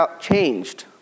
changed